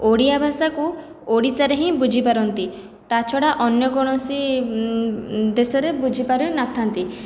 ଓଡ଼ିଆ ଭାଷାକୁ ଓଡ଼ିଶାରେ ହିଁ ବୁଝିପାରନ୍ତି ତା' ଛଡ଼ା ଅନ୍ୟ କୌଣସି ଦେଶରେ ବୁଝିପାରିନଥାନ୍ତି